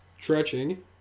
stretching